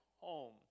home